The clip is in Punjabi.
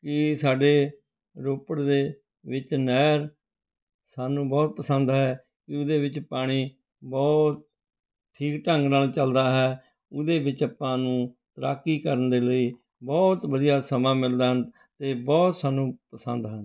ਜੀ ਸਾਡੇ ਰੋਪੜ ਦੇ ਵਿੱਚ ਨਹਿਰ ਸਾਨੂੰ ਬਹੁਤ ਪਸੰਦ ਹੈ ਵੀ ਉਹਦੇ ਵਿੱਚ ਪਾਣੀ ਬਹੁਤ ਠੀਕ ਢੰਗ ਨਾਲ ਚੱਲਦਾ ਹੈ ਉਹਦੇ ਵਿੱਚ ਆਪਾਂ ਨੂੰ ਤੈਰਾਕੀ ਕਰਨ ਦੇ ਲਈ ਬਹੁਤ ਵਧੀਆ ਸਮਾਂ ਮਿਲਦਾ ਹਨ ਅਤੇ ਬਹੁਤ ਸਾਨੂੰ ਪਸੰਦ ਹਨ